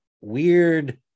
weird